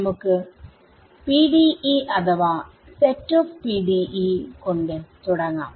നമുക്ക് PDE അഥവാ set of PDE കൊണ്ട് തുടങ്ങാം